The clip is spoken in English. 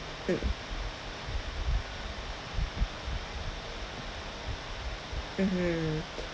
mm mmhmm